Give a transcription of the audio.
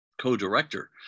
co-director